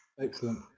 Excellent